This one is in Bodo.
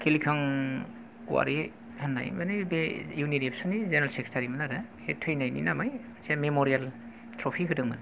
खिलिखां वारि होननाय माने बे इउनिट एबसु नि जेनेरेल सेक्रेटारि मोन आरो बे थैनायनि नामै मोनसे मेम'रियेल ट्रफि होदोंमोन